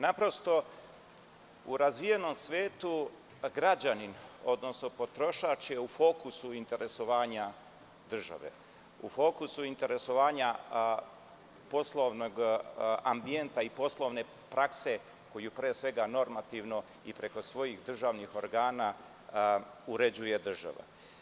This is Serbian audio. Naprosto, u razvijenom svetu građanin, odnosno potrošač je fokusu interesovanja države, u fokusu interesovanja poslovnog ambijenta i poslovne prakse, koju pre svega normativno i preko svojih državnih organa uređuje država.